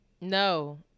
No